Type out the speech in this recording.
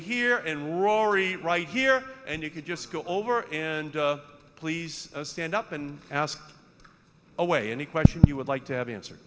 here and rory right here and you could just go over and please stand up and ask away any questions you would like to have answer